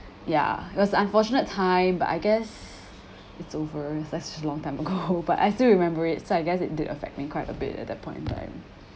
ya it was unfortunate time but I guess it's over it's such a long time ago but I still remember it so I guess it did affect me quite a bit at that point in time